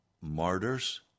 martyrs